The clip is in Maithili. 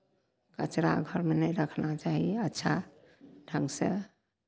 कचड़ा घरमे नहि रखना चाही अच्छा ढङ्गसँ